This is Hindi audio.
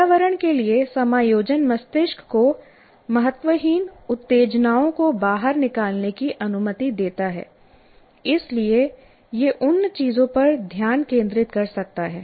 पर्यावरण के लिए समायोजन मस्तिष्क को महत्वहीन उत्तेजनाओं को बाहर निकालने की अनुमति देता है इसलिए यह उन चीजों पर ध्यान केंद्रित कर सकता है